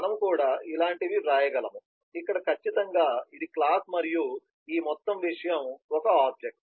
మనము కూడా ఇలాంటివి వ్రాయగలము ఇక్కడ ఖచ్చితంగా ఇది క్లాస్ మరియు ఈ మొత్తం విషయం ఒక ఆబ్జెక్ట్